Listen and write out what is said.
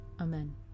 Amen